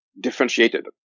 differentiated